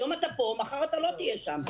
היום אתה פה ומחר אתה לא תהיה שם.